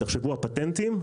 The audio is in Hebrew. הפטנטים,